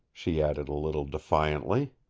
she added little defiantly.